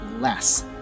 less